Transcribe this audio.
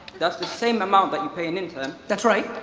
that's the same amount that you paying an intern. that's right.